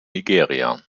nigeria